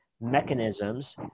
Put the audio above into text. mechanisms